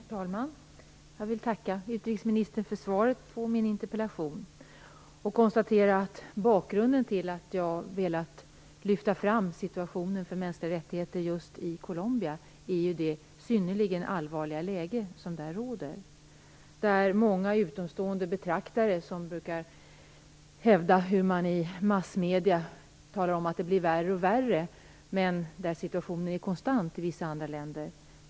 Herr talman! Jag vill tacka utrikesministern för svaret på min interpellation och konstatera att bakgrunden till att jag velat lyfta fram situationen för mänskliga rättigheter just i Colombia är det synnerligen allvarliga läge som där råder. Många utomstående betraktare brukar peka på att man i massmedier talar om att det blir värre och värre men att situationen i vissa andra länder är konstant.